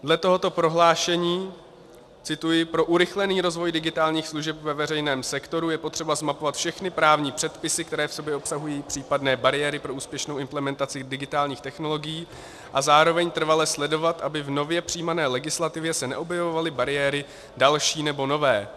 Dle tohoto prohlášení cituji: Pro urychlený rozvoj digitálních služeb ve veřejném sektoru je potřeba zmapovat všechny právní předpisy, které v sobě obsahují případné bariéry pro úspěšnou implementaci digitálních technologií, a zároveň trvale sledovat, aby v nově přijímané legislativě se neobjevovaly bariéry další nebo nové atd.